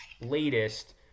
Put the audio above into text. latest